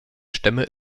stämme